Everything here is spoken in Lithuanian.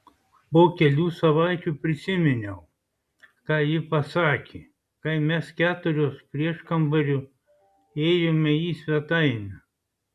po kelių savaičių prisiminiau ką ji pasakė kai mes keturios prieškambariu ėjome į svetainę